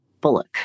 Bullock